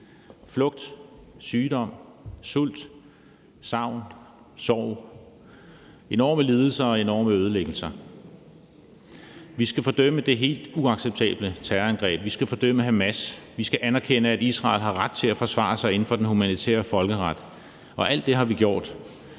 flugt, sygdom, sult, savn, sorg, enorme lidelser og enorme ødelæggelser. Vi skal fordømme det helt uacceptable terrorangreb. Vi skal fordømme Hamas. Vi skal anerkende, at Israel har ret til at forsvare sig inden for den humanitære folkeret, og alt det har vi gjort.